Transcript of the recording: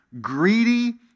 greedy